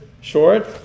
short